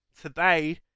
Today